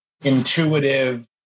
intuitive